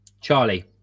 Charlie